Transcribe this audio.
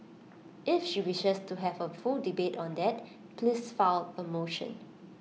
if she wishes to have A full debate on that please file A motion